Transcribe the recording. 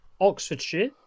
Oxfordshire